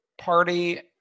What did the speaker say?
party